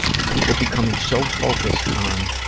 people becoming so focused on